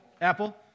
Apple